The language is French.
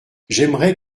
j’aimerais